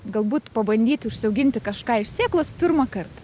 galbūt pabandyti užsiauginti kažką iš sėklos pirmąkart